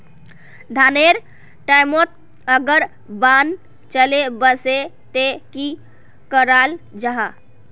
धानेर टैमोत अगर बान चले वसे ते की कराल जहा?